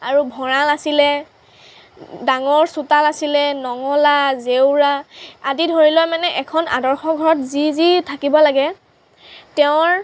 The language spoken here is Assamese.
আৰু ভঁৰাল আছিলে ডাঙৰ চোতাল আছিলে নঙলা জেউৰা আদি ধৰি লৈ মানে এখন আদৰ্শ ঘৰত যি যি থাকিব লাগে তেওঁৰ